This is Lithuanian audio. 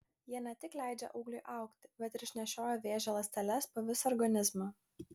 jie ne tik leidžia augliui augti bet ir išnešioja vėžio ląsteles po visą organizmą